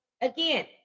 again